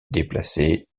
déplacer